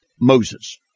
Moses